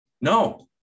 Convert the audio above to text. No